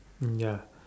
ya